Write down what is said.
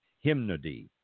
hymnody